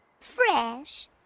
Fresh